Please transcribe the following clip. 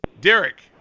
Derek